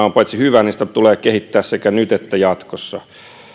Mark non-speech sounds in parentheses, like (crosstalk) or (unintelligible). (unintelligible) on hyvä sitä tulee kehittää sekä nyt että jatkossa